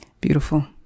Beautiful